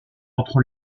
entre